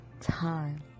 Time